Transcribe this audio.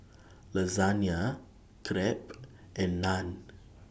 Lasagne Crepe and Naan